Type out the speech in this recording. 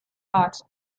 heart